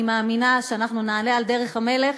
אני מאמינה שנעלה על דרך המלך.